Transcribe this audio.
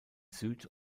süd